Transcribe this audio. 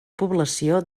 població